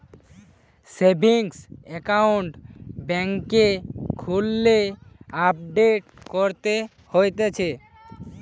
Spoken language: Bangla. সেভিংস একাউন্ট বেংকে খুললে আপডেট করতে হতিছে